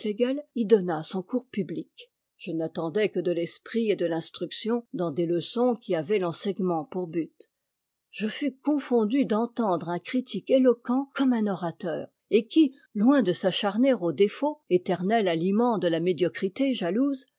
y donna son cours public je n'attendais que de l'esprit et de l'instruction dans des leçons qui avaient l'enseignement pour but je fus confondue d'entendre un critique éloquent comme un orateur et qui loin de s'acharner aux défauts éternel aliment de la médiocrité jalouse